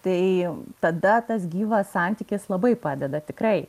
tai tada tas gyvas santykis labai padeda tikrai